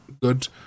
good